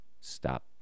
Stop